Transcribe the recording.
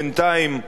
בינתיים,